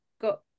got